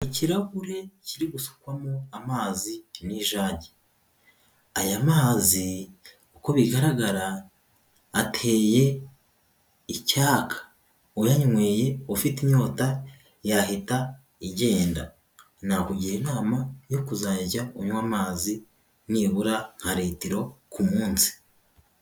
Ikirahure kiri gusukwamo amazi n'ijage, aya mazi uko bigaragara ateye icyaka, uyanyweye ufite inyota yahita igenda, nakugira inama yo kuzajya unywa amazi nibura nka litiro ku munsi.